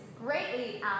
greatly